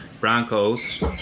Broncos